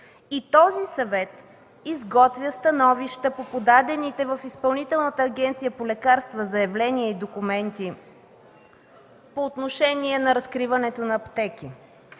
и той изготвя становища по подадените в Изпълнителната агенция по лекарствата заявления и документи по отношение разкриването на аптеки,